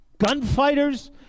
gunfighters